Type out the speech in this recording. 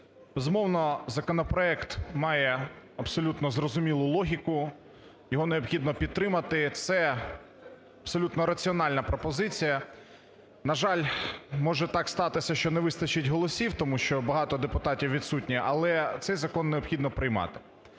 Безумовно, законопроект має абсолютно зрозумілу логіку, його необхідно підтримати, це абсолютно раціональна пропозиція. На жаль, так може статися, що не вистачить голосів, тому що багато депутатів відсутні, але цей закон необхідно приймати.